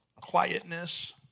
quietness